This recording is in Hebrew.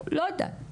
לא יודע.